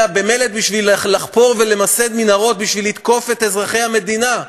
בשביל לחפור ולמסד מנהרות בשביל לתקוף את אזרחי המדינה,